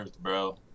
bro